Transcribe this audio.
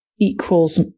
equals